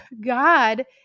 God